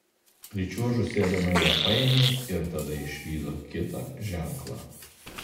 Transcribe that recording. pričiuožusi elena ją paėmė ir tada išvydo kitą ženklą